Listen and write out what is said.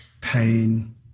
pain